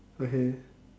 which is